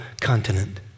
continent